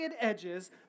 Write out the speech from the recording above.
edges